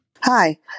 Hi